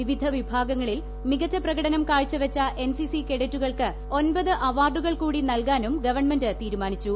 വിവിധ വിഭാഗങ്ങളിൽ മികച്ച പ്രകടനം കാഴ്ച വച്ച എൻസിസി കേഡറ്റുകൾക്ക് ഒൻപത് അവാർഡുകൾ കൂടി നൽകാനും ഗവൺമെന്റ് തീരുമാനിച്ചു